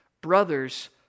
brothers